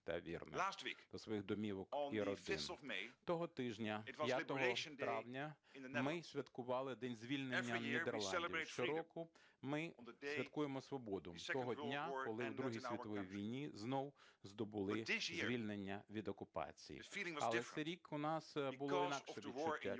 Того тижня, 5 травня, ми святкували День звільнення Нідерландів. Щороку ми святкуємо свободу того дня, коли у Другій світовій війні знову здобули звільнення від окупації. Але в цей рік у нас було інакше відчуття